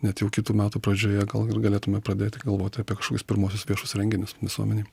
net jau kitų metų pradžioje gal ir galėtume pradėti galvoti apie kažkokius pirmuosius viešus renginius visuomenei